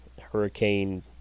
Hurricane